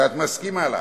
ואת מסכימה לה.